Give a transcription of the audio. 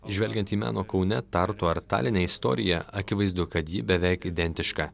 žvelgiant į meno kaune tartu ar taline istoriją akivaizdu kad ji beveik identiška